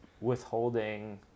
withholding